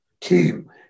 team